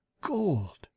gold